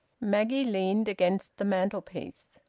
maggie leaned against the mantelpiece.